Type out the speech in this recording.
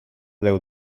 déu